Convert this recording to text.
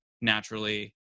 naturally